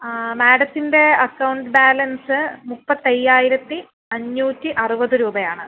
മാഡത്തിൻ്റെ account balance മുപ്പത്തി അയ്യായിരത്തി അഞ്ഞൂറ്റി അറുപത് രൂപ ആണ്